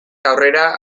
aurrera